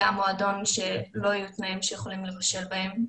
היה מועדון שלא היו תנאים שיכולים לבשל בהם,